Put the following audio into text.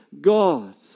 God